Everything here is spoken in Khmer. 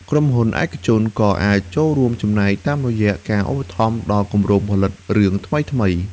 ក្រុមហ៊ុនឯកជនក៏អាចចូលរួមចំណែកតាមរយៈការឧបត្ថម្ភដល់គម្រោងផលិតរឿងថ្មីៗ។